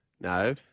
No